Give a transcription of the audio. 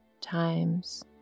times